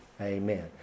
Amen